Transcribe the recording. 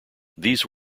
these